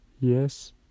Yes